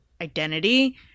Identity